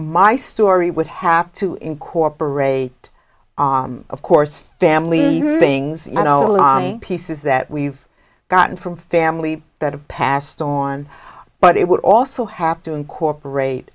my story would have to incorporate of course family things you know pieces that we've gotten from family that have passed on but it would also have to incorporate